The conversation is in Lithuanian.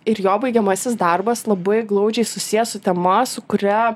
ir jo baigiamasis darbas labai glaudžiai susijęs su tema su kuria